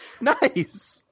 Nice